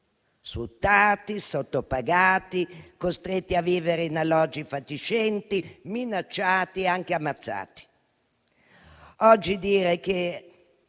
sfruttati, sottopagati, costretti a vivere in alloggi fatiscenti, minacciati e anche ammazzati. Oggi dite che